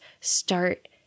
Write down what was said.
start